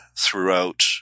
throughout